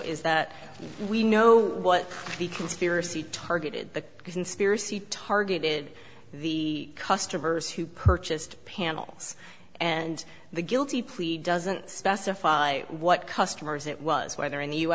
is that we know what the conspiracy targeted the conspiracy targeted the customers who purchased panels and the guilty plea doesn't specify what customers it was whether in the u